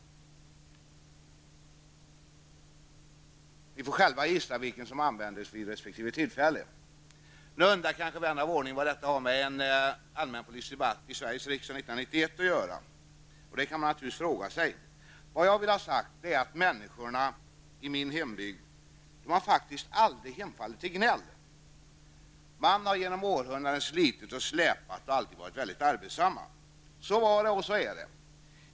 Ni får själva gissa vilken som användes vid resp. tillfälle. Nu undrar kanske vän av ordning vad detta har med en allmänpolitisk debatt i Sveriges riksdag i februari 1991 att göra. Det kan man naturligtvis fråga sig. Vad jag vill ha sagt är att människorna i min hembygd faktiskt aldrig har hemfallit till gnäll. Man har genom århundraden slitit och släpat och alltid varit arbetsam. Så var det och så är det.